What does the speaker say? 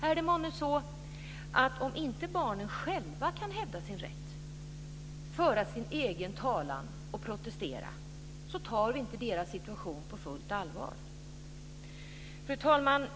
Är det månne så att om inte barnen själva kan hävda sin rätt, föra sin egen talan och protestera så tar vi inte deras situation på fullt allvar? Fru talman!